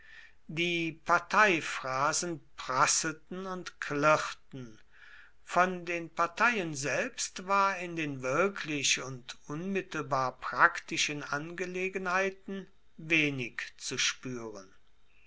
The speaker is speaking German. die parteiphrasen prasselten und klirrten von den parteien selbst war in den wirklich und unmittelbar praktischen angelegenheiten wenig zu spüren